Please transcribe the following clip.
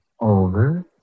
Over